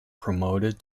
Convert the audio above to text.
promoted